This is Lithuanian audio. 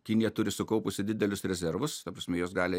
kinija turi sukaupusi didelius rezervus ta prasme juos gali